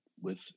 with